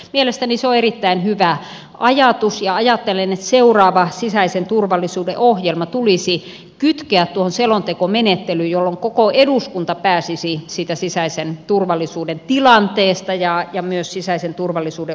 mielestäni se on erittäin hyvä ajatus ja ajatellen että seuraava sisäisen turvallisuuden ohjelma tulisi kytkeä tuohon selontekomenettelyyn jolloin koko eduskunta pääsisi siitä sisäisen turvallisuuden tilanteesta ja myös sisäisen turvallisuuden ohjelmasta keskustelemaan